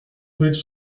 fruits